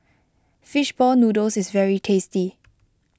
Fish Ball Noodles is very tasty